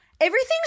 everything's